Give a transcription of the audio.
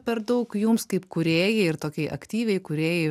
per daug jums kaip kūrėjai ir tokiai aktyviai kūrėjai